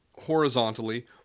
horizontally